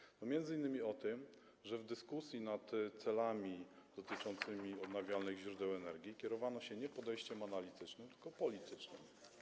Świadczy to m.in. o tym, że w dyskusji nad celami dotyczącymi odnawialnych źródeł energii kierowano się nie podejściem analitycznym, tylko politycznym.